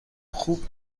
خوب